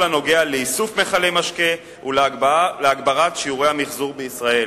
הנוגע לאיסוף מכלי משקה ולהגברת שיעורי המיחזור בישראל,